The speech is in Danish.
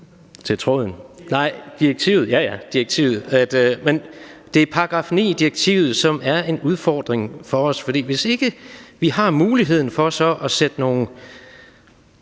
til tråden, nemlig direktivet. Det er § 9 i direktivet, som er en udfordring for os, for hvis ikke vi har muligheden for at sætte nogle